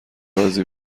رازی